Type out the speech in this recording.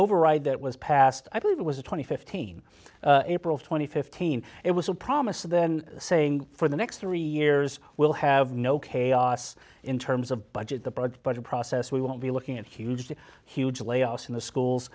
override that was passed i believe it was twenty fifteen april twenty fifth team it was a promise then saying for the next three years we'll have no chaos in terms of budget the broad budget process we won't be looking at hugely huge layoffs in the school